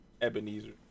Ebenezer